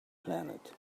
planet